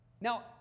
Now